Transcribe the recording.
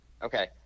Okay